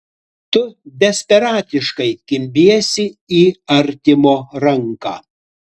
tu desperatiškai kimbiesi į artimo ranką